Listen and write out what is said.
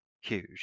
huge